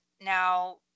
now